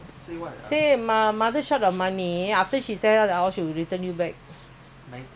how they got so much money ah